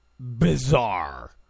Bizarre